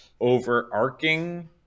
overarching